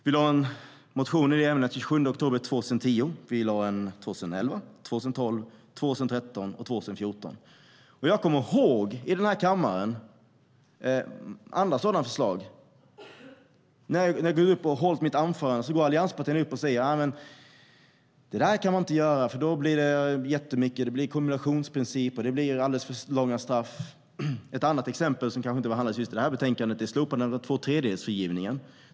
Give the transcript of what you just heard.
Vi väckte en motion om det den 27 oktober 2010, och vi väckte motioner om det 2011, 2012, 2013 och 2014. Jag kommer ihåg andra debatter i kammaren. När jag hade hållit mitt anförande gick allianspartierna upp och sa: Så där kan vi inte göra, för då blir det kombinationsprinciper och alldeles för långa straff. Ett annat exempel, som inte behandlas i detta betänkande, var slopandet av tvåtredjedelsfrigivningen.